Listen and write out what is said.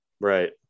Right